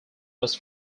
was